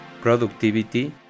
productivity